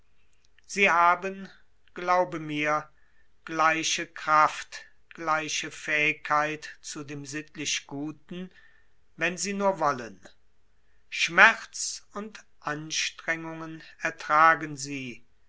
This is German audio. sie haben glaube mir gleiche kraft gleiche fähigkeit zu dem sittlichguten wenn sie nur wollen schmerz und anstrengungen ertragen sie